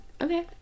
okay